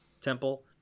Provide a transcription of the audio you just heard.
temple